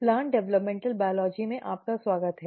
plant development biology में आपका स्वागत है